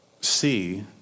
see